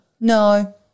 No